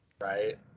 Right